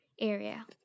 area